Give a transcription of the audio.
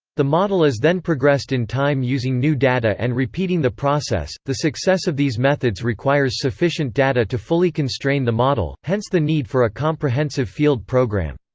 the model is then progressed in time using new data and repeating the process the success of these methods requires sufficient data to fully constrain the model, hence the need for a comprehensive field program.